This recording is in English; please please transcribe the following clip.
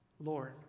Lord